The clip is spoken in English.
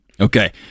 Okay